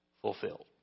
fulfilled